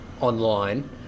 online